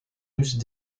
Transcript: russes